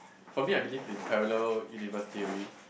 for me I believe in parallel universe theory